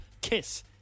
kiss